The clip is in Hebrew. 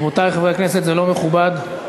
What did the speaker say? רבותי, חברי הכנסת, זה לא מכובד.